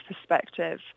perspective